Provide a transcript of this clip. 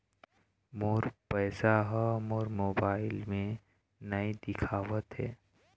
मोर पैसा ह मोर मोबाइल में नाई दिखावथे